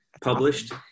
published